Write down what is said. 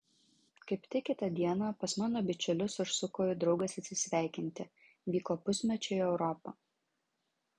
kaip tik kitą dieną pas mano bičiulius užsuko jų draugas atsisveikinti vyko pusmečiui į europą